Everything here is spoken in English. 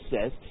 says